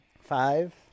Five